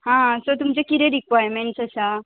हां सो तुमचें किरें रिक्वायरमेंट्स आसा